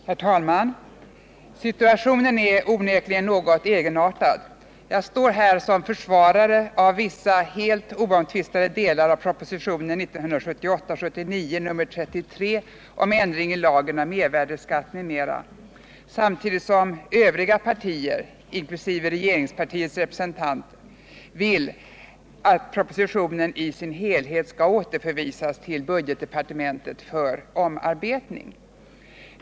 Herr talman! Situationen är onekligen egenartad. Jag står här som försvarare av vissa helt oomtvistade delar av propositionen 1978/79:33 om ändring i lagen om mervärdeskatt m.m. samtidigt som övriga partier inkl. regeringspartiets representanter vill att propositionen i sin helhet skall återförvisas till budgetdepartementet för omarbetning.